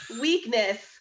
weakness